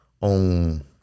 on